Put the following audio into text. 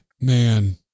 man